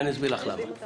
ואני אסביר לך למה.